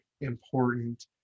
important